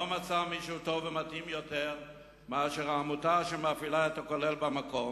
לא מצאה מישהו טוב ומתאים יותר מאשר העמותה שמפעילה את הכולל במקום,